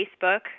Facebook